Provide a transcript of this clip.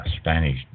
Spanish